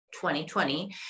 2020